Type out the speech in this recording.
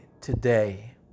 today